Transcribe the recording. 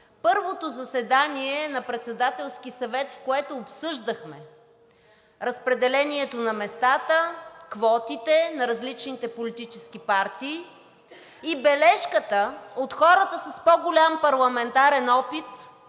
първото заседание на Председателския съвет, в което обсъждахме разпределението на местата, квотите на различните политически партии и бележката от хората с по-голям парламентарен опит,